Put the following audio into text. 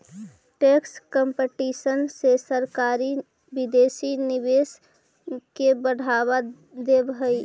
tax competition से सरकारी विदेशी निवेश के बढ़ावा देवऽ हई